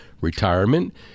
retirement